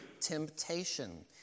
temptation